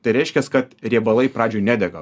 tai reiškias kad riebalai pradžioj nedega